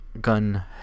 gun